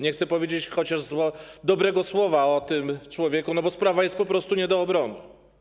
Nie chce powiedzieć chociaż dobrego słowa o tym człowieku no bo sprawa jest po prostu nie do obrony.